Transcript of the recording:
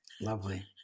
lovely